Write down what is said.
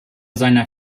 seiner